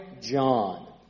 John